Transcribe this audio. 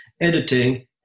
editing